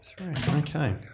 Okay